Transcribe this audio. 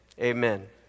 amen